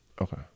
Okay